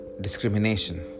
discrimination